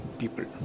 people